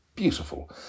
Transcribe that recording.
beautiful